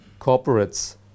corporates